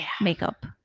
makeup